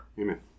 Amen